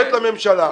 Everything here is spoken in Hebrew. לממשלה,